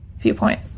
viewpoint